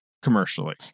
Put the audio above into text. commercially